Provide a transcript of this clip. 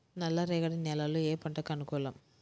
నల్ల రేగడి నేలలు ఏ పంటకు అనుకూలం?